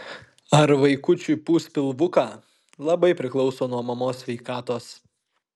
ar vaikučiui pūs pilvuką labai priklauso nuo mamos sveikatos